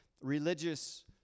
religious